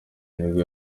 nibwo